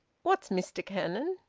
what's mr cannon?